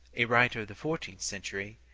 a writer of the fourteenth century,